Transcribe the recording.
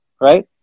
right